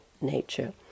nature